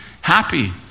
happy